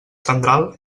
tendral